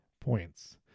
points